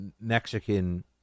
Mexican